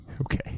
Okay